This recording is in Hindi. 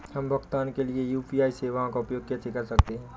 हम भुगतान के लिए यू.पी.आई सेवाओं का उपयोग कैसे कर सकते हैं?